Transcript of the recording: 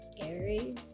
scary